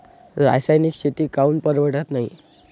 रासायनिक शेती काऊन परवडत नाई?